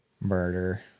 murder